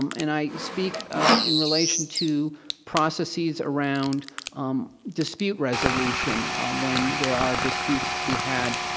um and i speak in relation to processes around um dispute resolution when there are disputes to be had,